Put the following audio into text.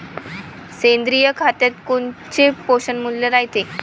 सेंद्रिय खतात कोनचे पोषनमूल्य रायते?